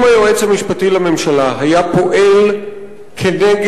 אם היועץ המשפטי לממשלה היה פועל כנגד